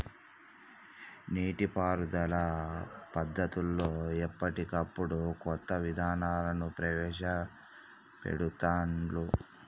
నీటి పారుదల పద్దతులలో ఎప్పటికప్పుడు కొత్త విధానాలను ప్రవేశ పెడుతాన్రు